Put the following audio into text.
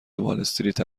والاستریت